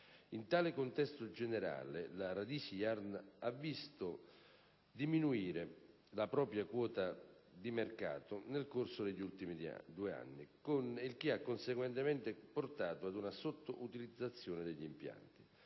In tale contesto generale, la Radici Yarn ha visto diminuire la propria quota di mercato nel corso degli ultimi due anni, il che ha conseguentemente portato ad una sottoutilizzazione degli impianti.